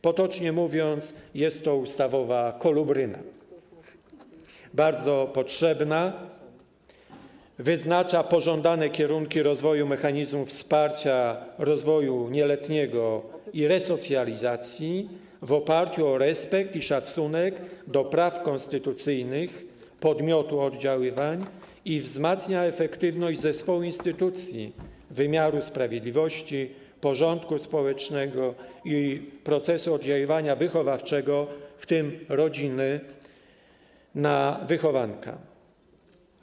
Potocznie mówiąc, jest to ustawowa kolubryna, bardzo potrzebna - wyznacza pożądane kierunki rozwoju mechanizmów wsparcia rozwoju nieletniego i jego resocjalizacji w oparciu o respekt i szacunek do praw konstytucyjnych podmiotu oddziaływań i wzmacnia efektywność zespołu instytucji wymiaru sprawiedliwości, porządku społecznego i procesu oddziaływania wychowawczego, w tym rodziny, na wychowanka.